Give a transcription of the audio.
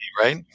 right